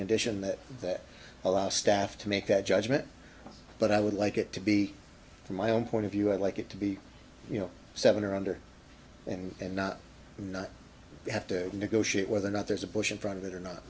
condition that that allows staff to make that judgment but i would like it to be from my own point of view i'd like it to be you know seven or under and not not have to negotiate whether or not there's a bush in front of it or not